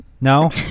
No